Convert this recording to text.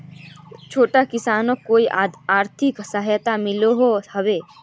छोटो किसानोक कोई आर्थिक सहायता मिलोहो होबे?